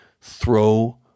throw